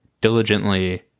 diligently